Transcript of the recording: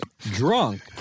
drunk